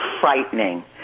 frightening